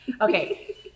okay